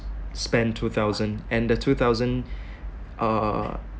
spend two thousand and the two thousand uh